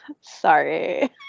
Sorry